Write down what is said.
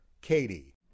Katie